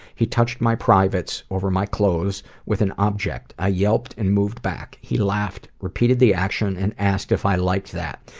he touched my privates over my clothes, with an object. i yelped, and moved back. he laughed, repeated the action and asked if i liked that.